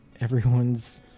everyone's